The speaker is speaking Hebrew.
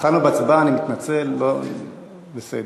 ההצעה להעביר את הצעת חוק הביטוח הלאומי (תיקון מס'